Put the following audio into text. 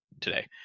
today